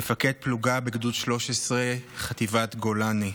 מפקד פלוגה בגדוד 13, חטיבת גולני,